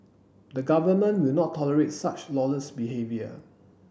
the Government will not tolerate such lawless behaviour